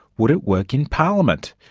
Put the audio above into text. would it work in parliament?